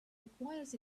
requires